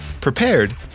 prepared